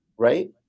Right